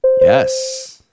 Yes